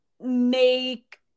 make